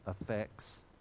effects